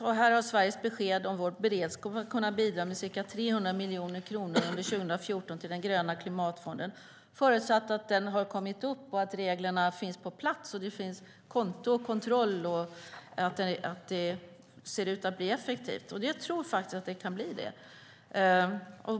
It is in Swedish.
Sveriges lämnade besked om sin beredskap att bidra med ca 300 miljoner kronor under 2014 till den gröna klimatfonden förutsatt att den har kommit i gång, att reglerna finns på plats, att det finns konto och kontroll och att den ser ut att bli effektiv - och jag tror att den kan bli det.